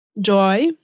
joy